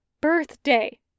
birthday